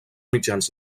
mitjans